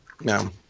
No